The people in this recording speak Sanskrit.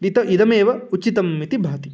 इतः इदमेव उचितम् इति भाति